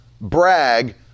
brag